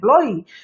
employee